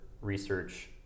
research